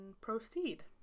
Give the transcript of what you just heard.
proceed